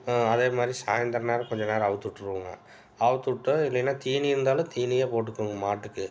அதேமாதிரி சாயந்தர நேரம் கொஞ்ச நேரம் அவுழ்த்துவுட்ருவோங்க அவுழ்த்துவுட்டு இல்லைன்னா தீனி இருந்தாலும் தீனியே போட்டுக்குவோங்க மாட்டுக்கு